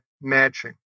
matching